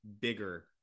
bigger